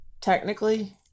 Technically